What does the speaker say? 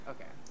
Okay